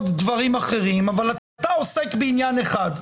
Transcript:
דברים אחרים אבל אתה עוסק בעניין אחד.